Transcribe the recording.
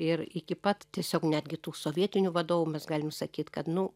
ir iki pat tiesiog netgi tų sovietinių vadovų mes galim sakyt kad nu